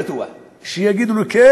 עד שלא תתחייבו לא להיכנס